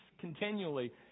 continually